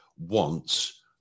wants